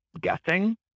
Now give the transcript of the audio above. guessing